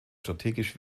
strategisch